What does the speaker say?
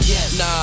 Nah